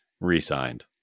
re-signed